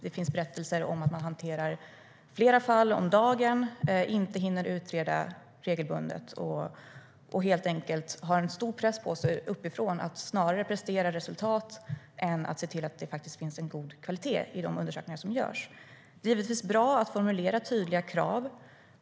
Det finns berättelser om att man hanterar flera fall om dagen, att man inte hinner utreda regelbundet och att man helt enkelt har en stor press på sig uppifrån att snarare prestera resultat än att se till att det finns en god kvalitet i de undersökningar som görs. Det är givetvis bra att formulera tydliga krav.